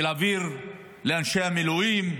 להעביר לאנשי המילואים.